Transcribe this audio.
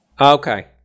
Okay